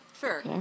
Sure